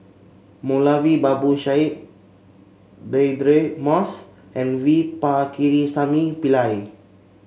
Moulavi Babu Sahib Deirdre Moss and V Pakirisamy Pillai